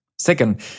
Second